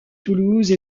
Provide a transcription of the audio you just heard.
toulouse